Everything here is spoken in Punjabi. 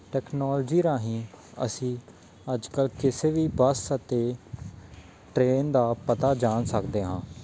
ਟੈਕਨੋਲੋਜੀ ਰਾਹੀਂ ਅਸੀਂ ਅੱਜ ਕੱਲ੍ਹ ਕਿਸੇ ਵੀ ਬੱਸ ਅਤੇ ਟ੍ਰੇਨ ਦਾ ਪਤਾ ਜਾਣ ਸਕਦੇ ਹਾਂ